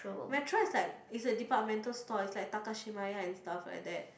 Metro is like is a departmental store is like Takashimaya and stuff like that